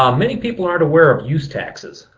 um many people aren't aware of use taxes,